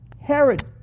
Herod